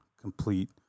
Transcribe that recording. complete